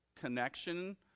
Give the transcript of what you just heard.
connection